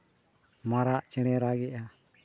ᱢᱟᱨᱟᱜ ᱪᱮᱬᱮ ᱨᱟᱜᱮᱫᱼᱟ